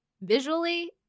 visually